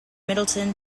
middleton